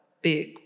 big